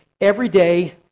everyday